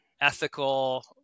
ethical